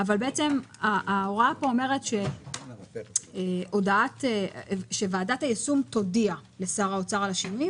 בעצם ההוראה פה אומרת שוועדת היישום תודיע לשר האוצר על השינויים,